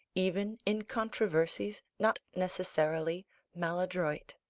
even in controversies not necessarily maladroit.